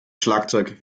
schlagzeug